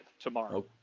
tomorrow